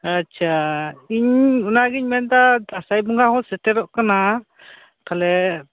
ᱟᱪᱪᱷᱟ ᱤᱧ ᱚᱱᱟᱜᱮᱧ ᱢᱮᱱᱮᱫᱟ ᱫᱟᱥᱟᱸᱭ ᱵᱚᱸᱜᱟ ᱦᱚᱸ ᱥᱮᱴᱮᱨᱚᱜ ᱠᱟᱱᱟ ᱛᱟᱦᱚᱞᱮ